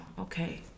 Okay